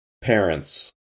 parents